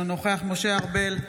אינו נוכח משה ארבל,